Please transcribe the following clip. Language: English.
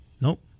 Nope